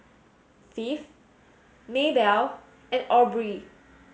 Phebe Maybelle and Aubree